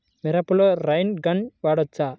మిరపలో rain gun వాడవచ్చా?